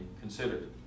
considered